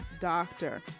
Doctor